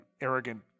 arrogant